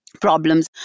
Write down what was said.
problems